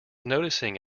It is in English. noticing